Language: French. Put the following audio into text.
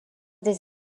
des